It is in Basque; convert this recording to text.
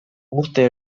urte